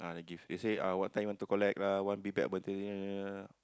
ah they give they say ah what time you want to collect lah one big bag